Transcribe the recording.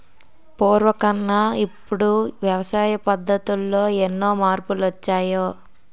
పూర్వకన్నా ఇప్పుడు వ్యవసాయ పద్ధతుల్లో ఎన్ని మార్పులొచ్చాయో